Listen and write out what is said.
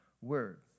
word